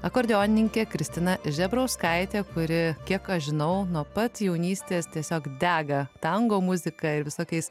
akordeonininkė kristina žebrauskaitė kuri kiek aš žinau nuo pat jaunystės tiesiog dega tango muzika ir visokiais